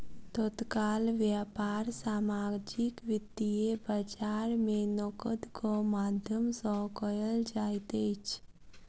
तत्काल व्यापार सामाजिक वित्तीय बजार में नकदक माध्यम सॅ कयल जाइत अछि